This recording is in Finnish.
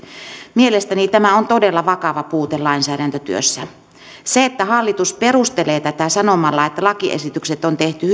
mielestäni tämä on todella vakava puute lainsäädäntötyössä se että hallitus perustelee tätä sanomalla että lakiesitykset on tehty